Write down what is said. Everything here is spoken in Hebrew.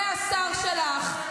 זה השר שלך.